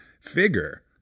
Figure